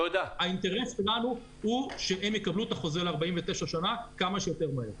האינטרס שלנו הוא שהם יקבלו את החוזה ל-49 שנה כמה שיותר מהר.